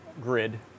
grid